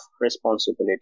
responsibility